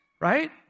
Right